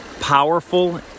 powerful